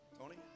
Tony